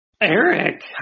Eric